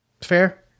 Fair